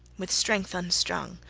with strength unstrung,